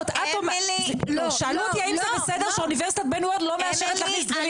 שאלו אותי האם בסדר שאוניברסיטת בן גוריון לא מאפשרת להכניס דגלים.